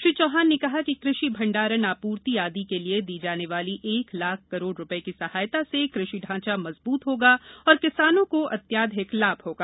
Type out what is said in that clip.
श्री चौहान ने कहा कि कृषि भंडारण आपूर्ति आदि के लिए दी जाने वाली एक लाख करोड़ रूपए की सहायता से कृषि ढांचा मजबूत होगा तथा किसानों को अत्याधिक लाभ होगा